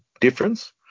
difference